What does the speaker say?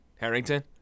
Harrington